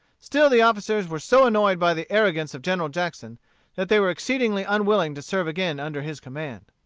still the officers were so annoyed by the arrogance of general jackson that they were exceedingly unwilling to serve again under his command.